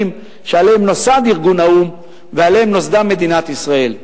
שעליהם נוסד ארגון האו"ם ועליהם נוסדה מדינת ישראל.